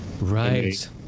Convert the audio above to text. Right